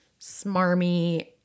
smarmy